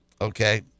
Okay